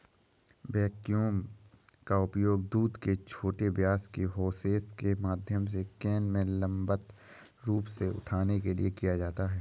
vacuum का उपयोग दूध को छोटे व्यास के होसेस के माध्यम से कैन में लंबवत रूप से उठाने के लिए किया जाता है